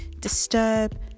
disturb